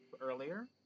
earlier